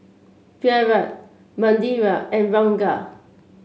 Virat Manindra and Ranga